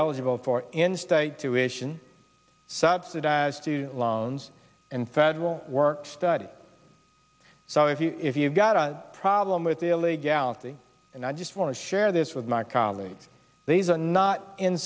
eligible for in state tuition subsidized loans and federal work study so if you if you've got a problem with the illegality and i just want to share this with my colleagues these are not in